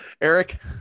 Eric